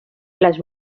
les